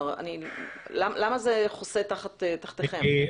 למה זה חוסה תחתיכם?